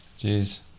Jeez